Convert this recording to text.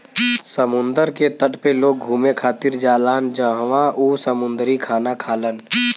समुंदर के तट पे लोग घुमे खातिर जालान जहवाँ उ समुंदरी खाना खालन